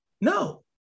No